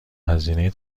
هزینه